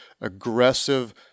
aggressive